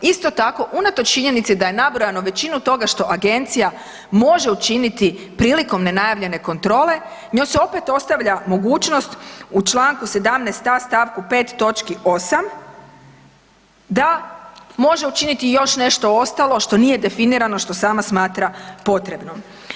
Isto tako unatoč činjenici da je nabrojano većinu toga što agencija može učiniti prilikom nenajavljene kontrole, njoj se opet ostavlja mogućnost u Članku 17. stavku 5. točki 8. da može učiniti još nešto ostalo što nije definirano što sama smatra potrebnom.